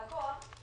של הלקוח,